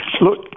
Look